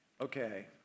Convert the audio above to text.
Okay